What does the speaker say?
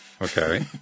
Okay